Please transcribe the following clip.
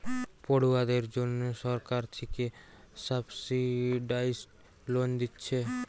পড়ুয়াদের জন্যে সরকার থিকে সাবসিডাইস্ড লোন দিচ্ছে